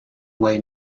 way